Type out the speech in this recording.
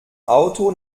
auto